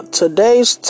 today's